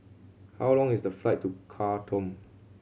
how long is the flight to Khartoum